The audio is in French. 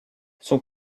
son